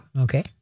Okay